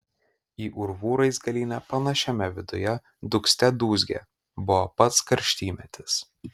į urvų raizgalynę panašiame viduje dūgzte dūzgė buvo pats karštymetis